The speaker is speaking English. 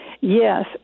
yes